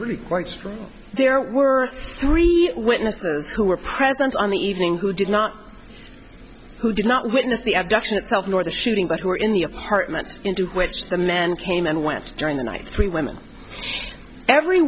really quite strong there were three witnesses who were present on the evening who did not who did not witness the abduction itself nor the shooting but who were in the apartments into which the men came and went during the night three women every